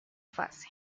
fase